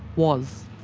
was.